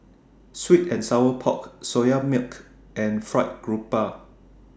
Sweet and Sour Pork Soya Milk and Fried Garoupa